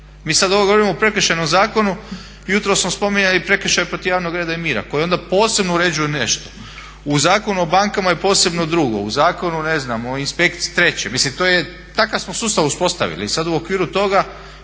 Mi sad ovo govorimo o Prekršajnom zakonu, jutros smo spominjali prekršaj protiv javnog reda i mira koji onda posebno uređuje nešto. U Zakonu o bankama je posebno drugo, u Zakonu o inspekciji ne znam treće. Mislim takav smo sustav uspostavili i sad u okviru toga